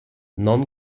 non